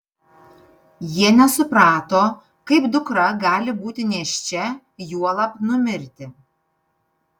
jie nesuprato kaip dukra gali būti nėščia juolab numirti